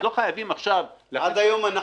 לא חייבים עכשיו --- עד היום אנחנו